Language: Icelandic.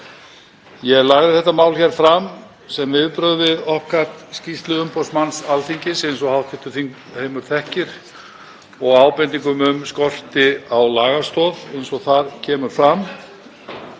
Ég lagði þetta mál fram sem viðbrögð við OPCAT-skýrslu umboðsmanns Alþingis, eins og hv. þingheimur þekkir og ábendingum um skort á lagastoð eins og þar koma fram.